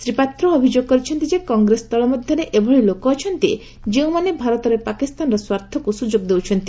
ଶ୍ରୀ ପାତ୍ର ଅଭିଯୋଗ କରିଛନ୍ତି ଯେ କଂଗ୍ରେସ ଦଳ ମଧ୍ୟରେ ଏଭଳି ଲୋକ ଅଛନ୍ତି ଯେଉଁମାନେ ଭାରତରେ ପାକିସ୍ତାନର ସ୍ୱାର୍ଥକୁ ସ୍ୱଯୋଗ ଦେଉଛନ୍ତି